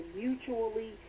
mutually